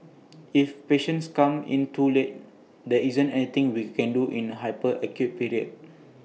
if patients come in too late there isn't anything we can do in the hyper acute period